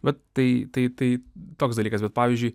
bet tai tai tai toks dalykas bet pavyzdžiui